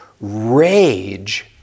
rage